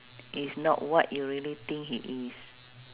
is not what you really think he is